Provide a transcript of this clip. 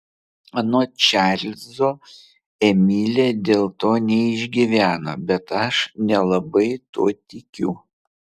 anot čarlzo emilė dėl to neišgyveno bet aš nelabai tuo tikiu